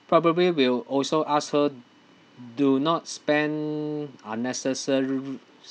probably will also ask her do not spend unnecessary